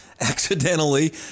accidentally